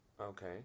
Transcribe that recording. Okay